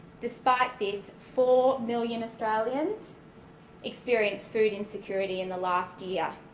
despite this four million australians experience food insecurity in the last year.